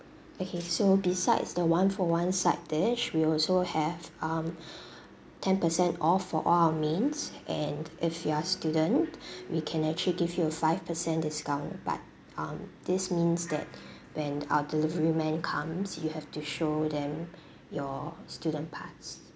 okay so besides the one for one side dish we also have um ten percent off for all our means and if you are student we can actually give you a five percent discount but um this means that when our delivery man comes you have to show them your student pass